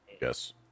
Yes